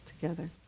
together